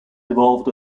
evolved